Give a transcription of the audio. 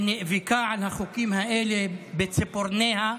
היא נאבקה על החוקים האלה בציפורניה,